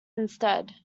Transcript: instead